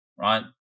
right